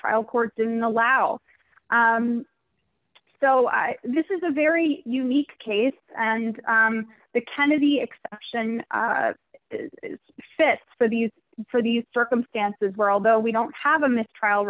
trial court didn't allow though i this is a very unique case and the kennedy exception fits for these for these circumstances where although we don't have a mistrial